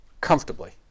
comfortably